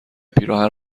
پیراهن